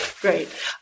great